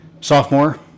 sophomore